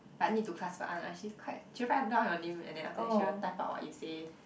but need to she's quite she will write down your name and then after that she will type out what you say